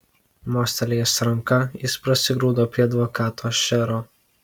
mostelėjęs ranka jis prasigrūda prie advokato šero